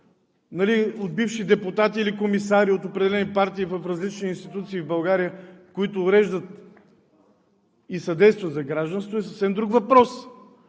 от бивши депутати или комисари от определени партии в различни институции в България, които уреждат и съдействат за гражданство, е съвсем друг въпрос.